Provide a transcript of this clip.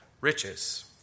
riches